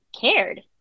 cared